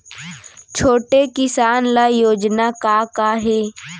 छोटे किसान ल योजना का का हे?